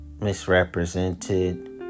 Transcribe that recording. misrepresented